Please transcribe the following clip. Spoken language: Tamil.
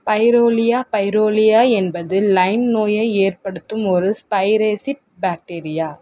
பைரோலியா பைரோலியா என்பது லைம் நோயை ஏற்படுத்தும் ஒரு ஸ்பைரேசீட் பேக்டீரியா